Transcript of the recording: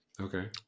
Okay